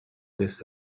this